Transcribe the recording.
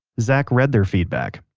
zach read their feedback,